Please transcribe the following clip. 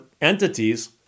entities